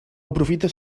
aprofita